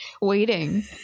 waiting